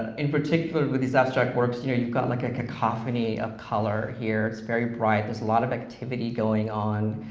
in particular, with these abstract works, you know you've got like a cacophony of color here. it's very bright, there's a lot of activity going on.